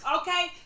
Okay